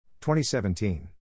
2017